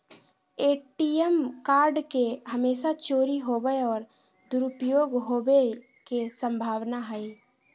ATM card के हमेशा चोरी होवय और दुरुपयोग होवेय के संभावना हइ